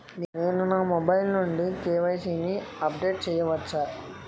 నేను నా మొబైల్ నుండి కే.వై.సీ ని అప్డేట్ చేయవచ్చా?